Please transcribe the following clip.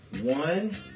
One